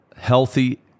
Healthy